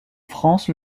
france